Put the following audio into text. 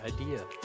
idea